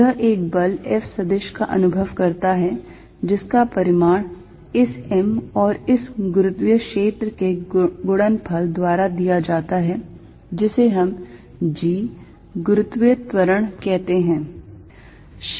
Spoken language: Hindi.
यह एक बल F सदिश का अनुभव करता है जिसका परिमाण इस m और इस गुरुत्वीय क्षेत्र के गुणनफल द्वारा दिया जाता है जिसे हम g गुरुत्वीय त्वरण कहते हैं